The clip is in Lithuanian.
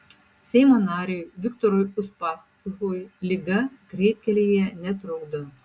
seimo nariui viktorui uspaskichui liga greitkelyje netrukdo